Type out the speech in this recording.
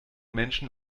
menschen